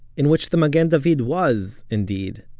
in which the magen david was, indeed,